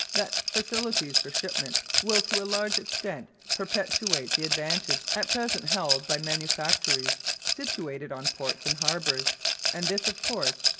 that facilities for shipment will to a large extent perpetuate the advantage at present held by manufactories situated on ports and harbours and this, of course,